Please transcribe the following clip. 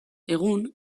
egun